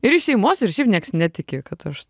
ir iš šeimos ir šiaip nieks netiki kad aš